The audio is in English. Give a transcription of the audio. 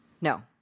No